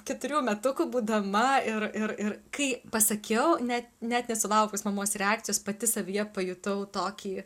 keturių metukų būdama ir ir ir kai pasakiau net net nesulaukus mamos reakcijos pati savyje pajutau tokį